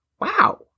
Wow